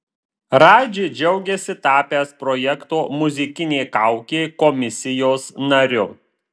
radži džiaugiasi tapęs projekto muzikinė kaukė komisijos nariu